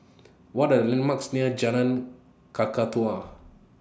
What Are The landmarks near Jalan Kakatua